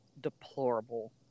deplorable